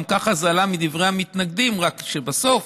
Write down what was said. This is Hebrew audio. גם ככה זה עלה מדברי המתנגדים, רק שבסוף